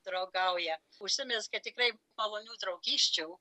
draugauja užsimezgė tikrai malionių draugysčių